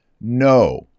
no